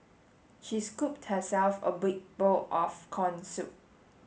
she scooped herself a big bowl of corn soup